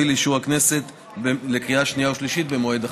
לאישור הכנסת לקריאה שנייה ושלישית במועד אחר.